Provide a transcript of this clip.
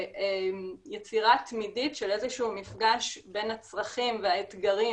וביצירה תמידית של איזה שהוא מפגש בין הצרכים והאתגרים